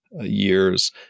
year's